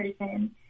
person